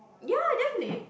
ya definitely